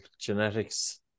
Genetics